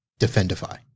Defendify